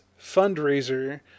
fundraiser